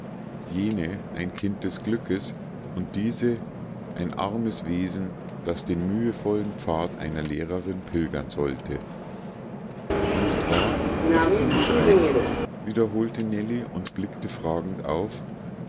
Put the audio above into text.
jene ein kind des glückes und diese ein armes wesen das den mühevollen pfad einer lehrerin pilgern sollte nicht wahr ist sie nicht reizend wiederholte nellie und blickte fragend auf